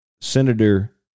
Senator